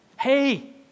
Hey